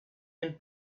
and